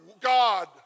God